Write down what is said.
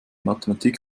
mathematik